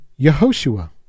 Yehoshua